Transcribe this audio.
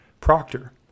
Proctor